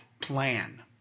plan